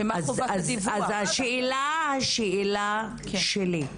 אז השאלה שלי,